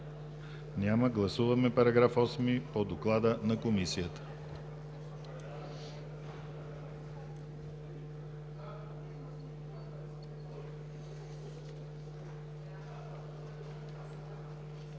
Няма. Гласуваме § 8 по доклада на Комисията.